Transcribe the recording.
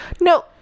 no